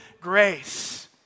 grace